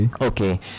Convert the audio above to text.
Okay